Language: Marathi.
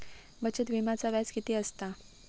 बचत विम्याचा व्याज किती असता?